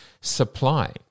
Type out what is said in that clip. supply